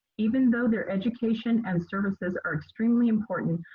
even though their education and services are extremely important,